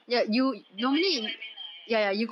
ya but you get what I mean lah ya ya